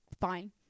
fine